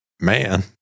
Man